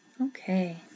Okay